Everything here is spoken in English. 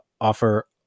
offer